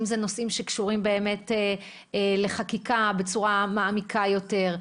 אם אלה נושאים שקשורים באמת לחקיקה בצורה מעמיקה יותר.